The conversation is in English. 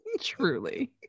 Truly